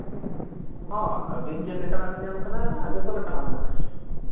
ᱦᱮᱸ ᱟᱹᱵᱤᱱ ᱪᱮᱫ ᱞᱮᱠᱟᱱᱟᱜ ᱵᱤᱱ ᱧᱟᱢ ᱠᱟᱱᱟ ᱡᱚᱛᱚ ᱞᱮᱠᱟᱱᱟᱜ ᱢᱮᱱᱟᱜᱼᱟ